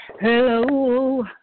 Hello